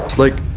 like,